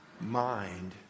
mind